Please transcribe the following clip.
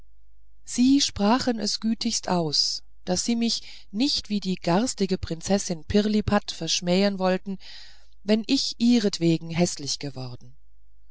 sie sprachen es gütigst aus daß sie mich nicht wie die garstige prinzessin pirlipat verschmähen wollten wenn ich ihretwillen häßlich geworden